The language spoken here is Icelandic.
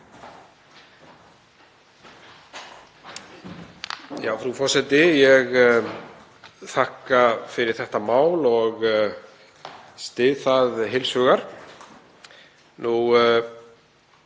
Frú forseti. Ég þakka fyrir þetta mál og styð það heils hugar.